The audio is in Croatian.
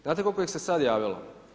Znate koliko ih se sad javilo?